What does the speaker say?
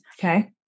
Okay